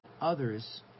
others